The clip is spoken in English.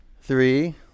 Three